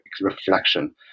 reflection